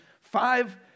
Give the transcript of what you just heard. five